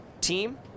team